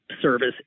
service